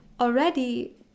already